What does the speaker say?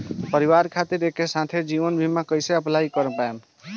परिवार खातिर एके साथे जीवन बीमा कैसे अप्लाई कर पाएम?